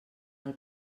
del